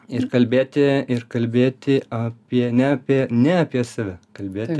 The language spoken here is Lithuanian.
ir kalbėti ir kalbėti apie ne apie ne apie save kalbėti